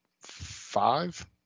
five